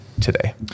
today